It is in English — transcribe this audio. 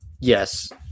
Yes